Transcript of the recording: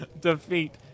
Defeat